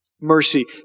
Mercy